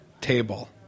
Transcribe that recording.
table